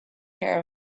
care